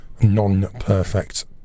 non-perfect